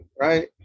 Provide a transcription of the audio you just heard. right